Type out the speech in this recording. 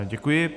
Děkuji.